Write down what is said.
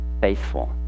faithful